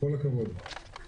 הישיבה ננעלה בשעה